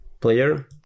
player